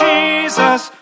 Jesus